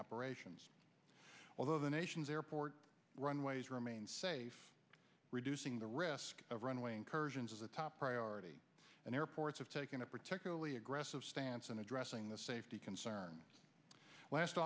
operations although the nation's airport runways remain safe reducing the risk of runway incursions as a top priority and airports have taken a particularly aggressive stance in addressing the safety concerns last